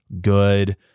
good